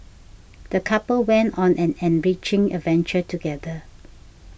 the couple went on an enriching adventure together